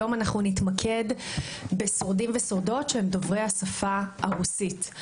היום נתמקד בשורדים ושורדות שהם דוברי השפה הרוסית.